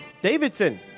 Davidson